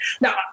Now